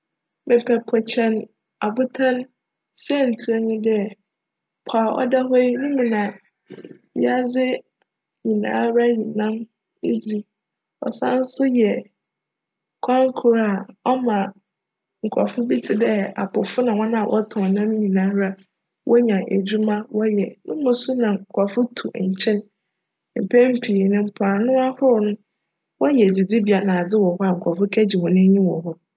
Mepj po kyjn abotan siantsir nye dj po a cda hc yi no mu na wiadze nyinara yi nam dzi, csan so yj kwan kor a cma nkorcfo bi tse dj apofo na hcn a wctcn nam nyinara nya edwuma yj. No mu so na nkorcfo tu nkyen. Mpjn pii no mpoano ahorow no wonya edzidzibea na adze wc hc a nkorcfo kjgye hcn enyi wc hc.